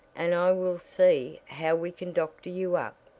and i will see how we can doctor you up,